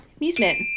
Amusement